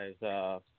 guys